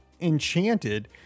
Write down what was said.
Enchanted